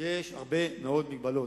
שיש הרבה מאוד מגבלות.